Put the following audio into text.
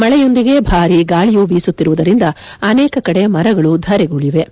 ಮಳೆಯೊಂದಿಗೆ ಭಾರೀ ಗಾಳಿಯೂ ಬೀಸುತ್ತಿರುವುದರಿಂದ ಅನೇಕ ಕಡೆ ಮರಗಳು ಧರೆಗುರುಳಿವೆ